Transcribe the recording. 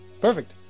Perfect